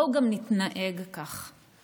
בואו גם נתנהג כך.